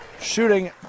shooting